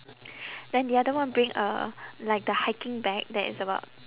then the other one bring uh like the hiking bag that is about